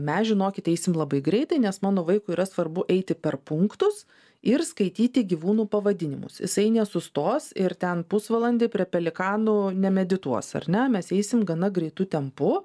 mes žinokit eisim labai greitai nes mano vaikui yra svarbu eiti per punktus ir skaityti gyvūnų pavadinimus jisai nesustos ir ten pusvalandį prie pelikanų nemedituos ar ne mes eisim gana greitu tempu